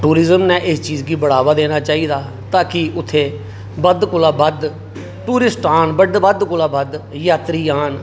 tourism नै इस चीज गी बढ़ावा देना चाहिदा ता कि उत्थै बद्ध कोला बद्ध टूरिस्ट औन बद्ध कोला बद्ध यात्री औन